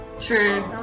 True